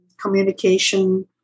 communication